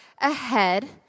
ahead